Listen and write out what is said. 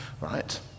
right